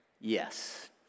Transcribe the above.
Yes